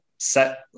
set